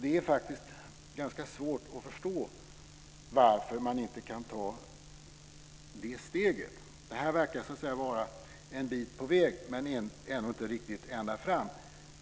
Det är ganska svårt att förstå varför man inte kan ta detta steg. I och med detta verkar man komma en bit på väg, men ändå inte riktigt ända fram.